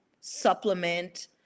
supplement